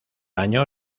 año